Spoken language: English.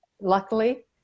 luckily